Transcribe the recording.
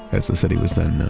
as the city was then known,